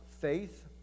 faith